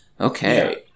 Okay